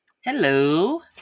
Hello